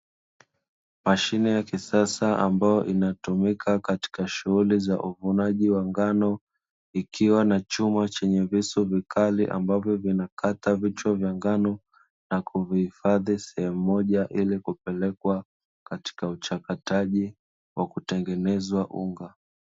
Mashine ya kisasa ambayo inatumika katika shughuli za uvunaji wa ngano. Ikiwa na chuma chenye visu vikali, ambapo vinakata vichwa vya ngano na kuviifadhi sehemu moja ili kupelekwa sehemu ya uchakataji wa kutengeneza unga.